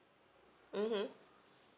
mmhmm